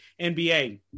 NBA